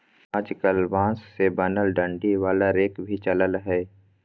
आजकल बांस से बनल डंडी वाला रेक भी चलल हय